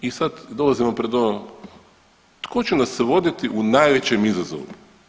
I sad dolazimo pred ono, tko će nas voditi u najvećem izazovu?